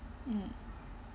mm